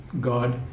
God